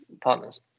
partners